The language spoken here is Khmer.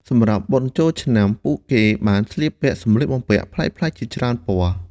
សម្រាប់បុណ្យចូលឆ្នាំ ពួកគេបានស្លៀកពាក់សម្លៀកបំពាក់ប្លែកៗជាច្រើនពណ៌។